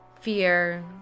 Fear